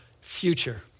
future